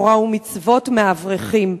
תורה ומצוות מהאברכים,